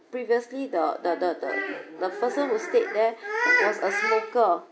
previously the the the the the person who stayed there was a smoker